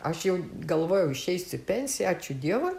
aš jau galvojau išeisiu į pensiją ačiū dievui